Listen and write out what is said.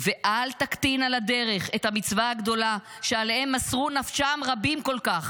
ואל תקטין 'על הדרך' את המצווה הגדולה שעליה מסרו נפשם רבים כל כך,